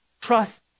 trust